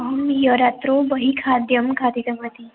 अहं ह्यः रात्रौ बहिः खाद्यं खादितवती